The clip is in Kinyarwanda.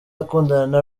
akundana